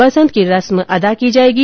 बसंत की रस्म अदा की जाएगी